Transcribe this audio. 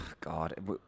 God